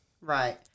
Right